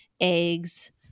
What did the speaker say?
eggs